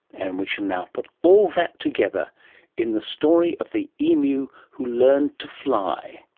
and we shall now put all that together in the story of the emu who learned to fly.